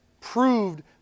proved